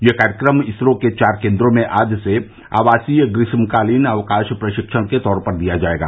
यह कार्यक्रम इसरो के चार केन्द्रों में आज से आवासीय ग्रीष्मकालीन अवकाश प्रशिक्षण के तौर पर दिया जाएगा